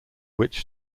which